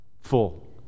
Full